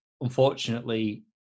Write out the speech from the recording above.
unfortunately